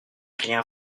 rien